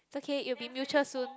it's okay it will be mutual soon